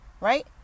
right